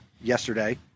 yesterday